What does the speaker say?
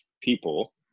people